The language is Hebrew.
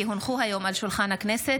כי הונחו היום על שולחן הכנסת,